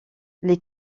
les